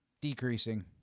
Decreasing